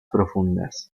profundas